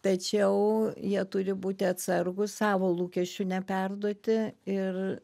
tačiau jie turi būti atsargūs savo lūkesčių neperduoti ir